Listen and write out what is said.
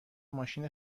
ماشین